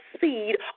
seed